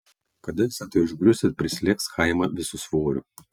kada visa tai užgrius ir prislėgs chaimą visu svoriu